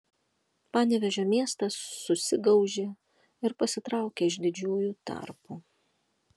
panevėžio miestas susigaužė ir pasitraukė iš didžiųjų tarpo